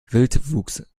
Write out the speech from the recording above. wildwuchs